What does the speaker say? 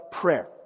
prayer